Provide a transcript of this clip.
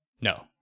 no